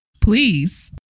please